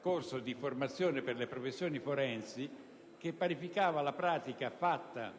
corso di formazione per le professioni forensi che parificava la pratica fatta